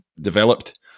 developed